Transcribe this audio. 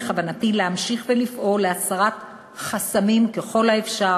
בכוונתי להמשיך ולפעול להסרת חסמים ככל האפשר